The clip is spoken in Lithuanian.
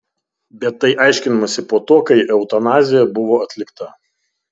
bet tai aiškinamasi po to kai eutanazija buvo atlikta